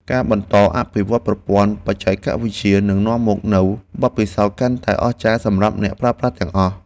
ការបន្តអភិវឌ្ឍប្រព័ន្ធបច្ចេកវិទ្យានឹងនាំមកនូវបទពិសោធន៍កាន់តែអស្ចារ្យសម្រាប់អ្នកប្រើប្រាស់ទាំងអស់។